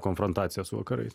konfrontaciją su vakarais